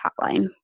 hotline